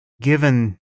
given